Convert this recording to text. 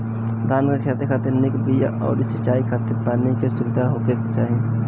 धान के खेती खातिर निक बिया अउरी सिंचाई खातिर पानी के सुविधा होखे के चाही